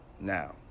Now